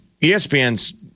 ESPN's